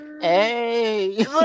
Hey